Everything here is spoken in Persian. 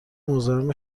مزاحم